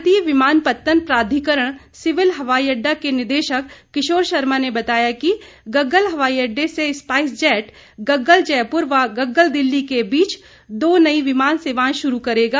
भारतीय विमानपत्तन प्राधिकरण सिविल हवाई अड़डा के निदेशक किशोर शर्मा ने बताया कि गग्गल हवाई अड़डे से आज स्पाईस जैट गग्गल जयपूर व गग्गल दिल्ली के बीच दो नई विमान सेवा शुरू करेगा